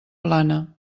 plana